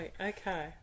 Okay